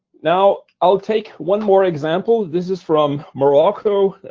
now, i'll take one more example this is from morocco.